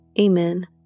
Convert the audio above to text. Amen